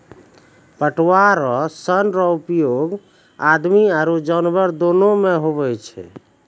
पटुआ रो सन रो उपयोग आदमी आरु जानवर दोनो मे हुवै छै